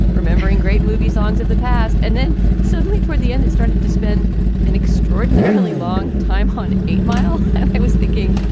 remembering great movie songs of the past. and then suddenly toward the end, it started to spend an extraordinarily long time on eight mile. i was thinking,